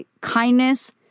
kindness